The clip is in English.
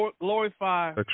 glorify